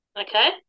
Okay